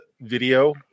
video